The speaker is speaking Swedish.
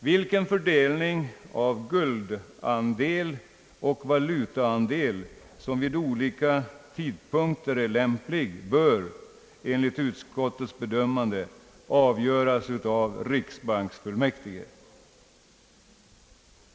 Vilken fördelning mellan guldandel och valutaandel som vid olika tidpunkter är lämplig bör enligt utskottets bedömande avgöras av riksbanksfullmäktige.